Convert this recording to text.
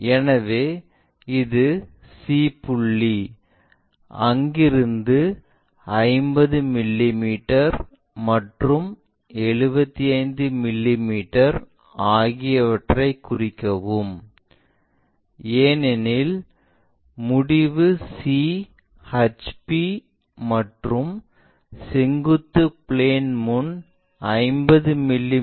எனவே இது c புள்ளி அங்கிருந்து 50 மிமீ மற்றும் 75 மிமீ ஆகியவற்றை குறிக்கவும் ஏனெனில் முடிவு c ஹெச்பி மற்றும் செங்குத்து பிளேன் முன் 50 மி